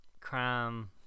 crime